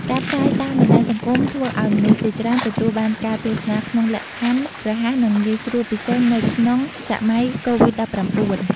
ការផ្សាយតាមបណ្តាញសង្គមធ្វើឲ្យមនុស្សជាច្រើនទទួលបានការទស្សនាក្នុងលក្ខខណ្ឌរហ័សនិងងាយស្រួលពិសេសនៅក្នុងសម័យកូវីដ១៩។